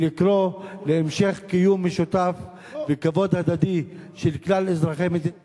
ולקרוא להמשך קיום משותף וכבוד הדדי של כלל אזרחי מדינת ישראל.